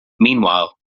meanwhile